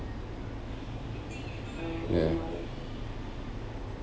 ya